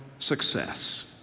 success